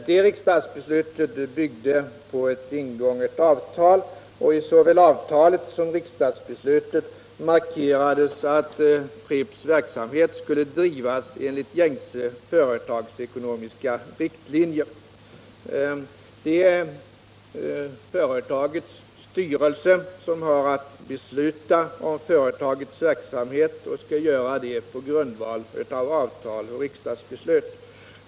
Det riksdagsbeslutet byggde på ett ingånget avtal, och i såväl avtalet som riksdagsbeslutet markerades att Pripps verksamhet skulle drivas enligt gängse företagsekonomiska riktlinjer. Det är företagets styrelse som har att besluta om företagets verksamhet och skall göra det på grundval av avtal och riksdagsbeslut.